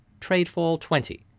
TRADEFALL20